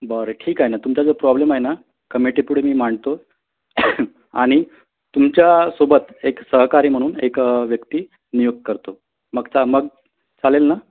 बरं ठीक आहे ना तुमचा जो प्रॉब्लेम आहे ना कमेटीपुढे मी मांडतो आणि तुमच्या सोबत एक सहकारी म्हणून एक व्यक्ती नियुक्त करतो मग चा मग चालेल ना